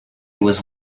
was